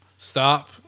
Stop